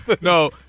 no